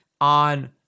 on